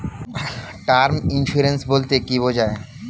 Term insurance বলতে কী বোঝায়?